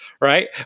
right